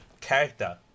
character